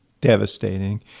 devastating